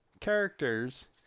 characters